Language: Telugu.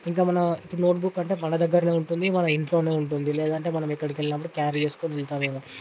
ఇంకా మన ఇప్పుడు నోట్బుక్ అంటే మన దగ్గరనే ఉంటుంది మన ఇంట్లోనే ఉంటుంది లేదంటే మనం ఎక్కడి వెళ్ళినప్పుడు క్యారీ చేసుకుని వెళ్తామేమో